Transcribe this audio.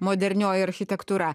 modernioji architektūra